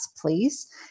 please